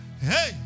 Hey